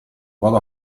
vado